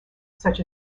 such